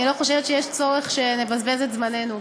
אני לא חושבת שיש צורך שנבזבז את זמננו.